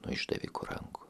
nuo išdavikų rankų